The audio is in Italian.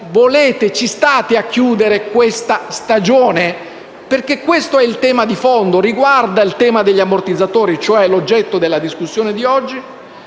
Ci state a chiudere questa stagione? Perché questo è il tema di fondo, che tocca il tema degli ammortizzatori, cioè l'oggetto della discussione di oggi,